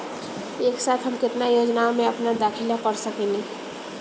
एक साथ हम केतना योजनाओ में अपना दाखिला कर सकेनी?